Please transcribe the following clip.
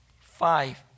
Five